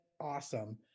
awesome